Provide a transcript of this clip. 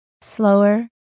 slower